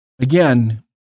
again